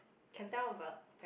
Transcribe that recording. can tell but